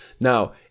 now